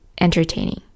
entertaining